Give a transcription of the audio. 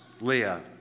Leah